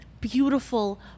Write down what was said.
beautiful